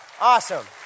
Awesome